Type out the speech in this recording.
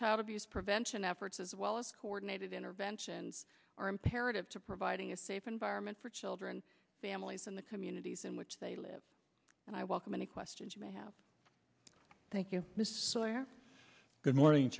child abuse prevention efforts as well as coordinated interventions are imperative to providing a safe environment for children families in the communities in which they live and i welcome any questions you may have thank you good morning